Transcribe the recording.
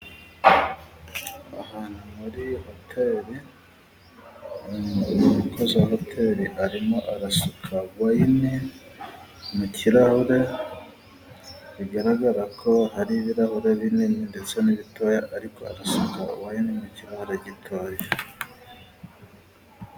Ahantu muri hoteli, umukozi wa hoteli arimo arasuka wayini mu kirahure, bigaragara ko ari ibirahure binini ndetse n'ibitoya ariko arasuka wayine mu kirahure gitoya.